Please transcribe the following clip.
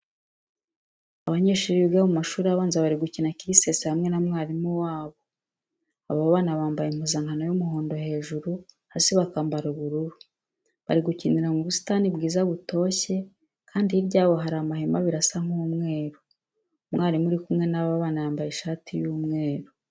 Abanyeshuri biga mu mashuri abanza bari gukina kirisese hamwe na mwarimu wabo. Aba bana bambaye impuzankano y'umuhondo hejuru, hasi bakambara ubururu. Bari gukinira mu busitani bwiza butoshye kandi hirya yabo hari amahema abiri asa nk'umweru. Umwarimu uri kumwe n'abo bana yambaye ishati y'umweru.